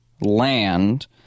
land